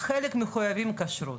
אבל חלק מחויבים בכשרות,